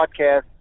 podcast